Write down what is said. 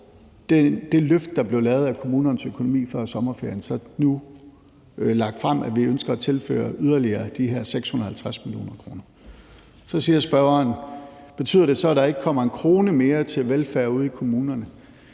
det løft, der blev lavet af kommunernes økonomi før sommerferien, nu lagt frem, at vi ønsker at tilføre de her yderligere 650 mio. kr. Så spørger spørgeren: Betyder det så, at der ikke kommer en krone mere til velfærd ude i kommunerne?